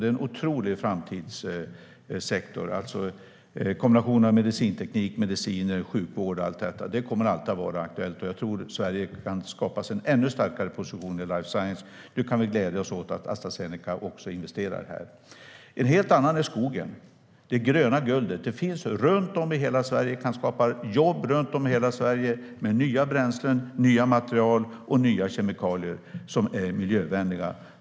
Det är en otrolig framtidssektor - kombinationen av medicinteknik, mediciner, sjukvård och allt detta. Det kommer alltid att vara aktuellt, och jag tror att Sverige kan skapa sig en ännu starkare position i life science. Nu kan vi glädja oss åt att Astra Zeneca också investerar här. En helt annan sektor är skogen - det gröna guldet. Det finns runt om i hela Sverige, och det kan skapa jobb runt om i hela Sverige med nya bränslen, nya material och nya kemikalier som är miljövänliga.